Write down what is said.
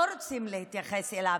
לא רוצים להתייחס אליו.